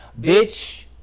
bitch